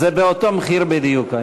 זה בדיוק באותו מחיר היום.